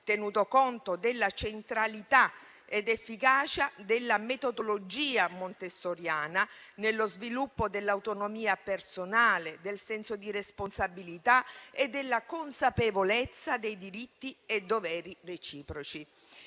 tenuto conto della centralità ed efficacia della metodologia montessoriana nello sviluppo dell'autonomia personale, del senso di responsabilità e della consapevolezza dei diritti e doveri reciproci.